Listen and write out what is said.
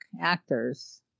actors